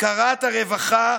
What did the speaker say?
הפקרת הרווחה,